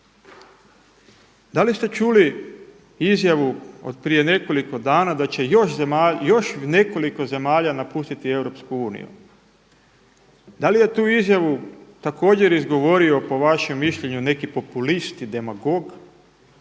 Da li ste čuli izjavu od prije nekoliko dana da će još nekoliko zemalja napustiti EU? Da li je tu izjavu također izgovorio po vašem mišljenju neki populist i demagog